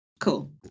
Cool